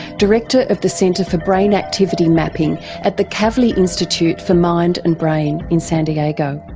director of the centre for brain activity mapping at the kavli institute for mind and brain in san diego.